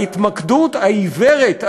ההתמקדות העיוורת,